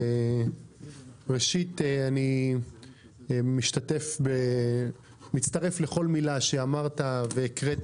ראשית, אני מצטרף לכל מילה שאמרת והקראת